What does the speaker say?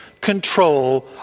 control